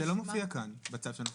זה לא מופיע כאן בצו.